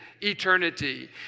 eternity